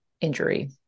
injury